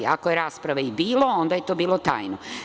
Ako je rasprave i bilo, onda je to bilo tajno.